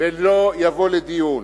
וזה לא יבוא לדיון.